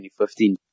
2015